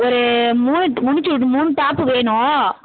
ஒரு மூணுட்டு முடுச்சு மூணு டாப்பு வேணும்